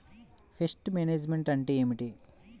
Pest management అంటే ఏమిటి?